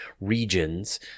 regions